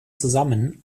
zusammen